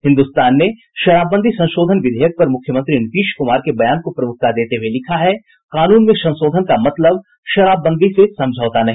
हिन्दुस्तान ने शराबबंदी संशोधन विधेयक पर मुख्यमंत्री नीतीश कुमार के बयान को प्रमुखता देते हुए लिखा है कानून में संशोधन मतलब शराबबंदी से समझौता नहीं